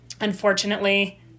unfortunately